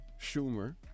Schumer